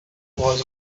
was